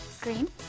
Green